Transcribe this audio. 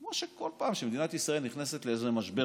כמו שכל פעם שמדינת ישראל נכנסת לאיזה משבר